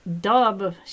Dub